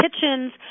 kitchens